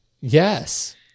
yes